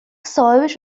صاحابش